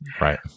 right